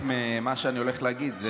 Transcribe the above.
מה אני הולך להגיד?